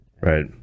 Right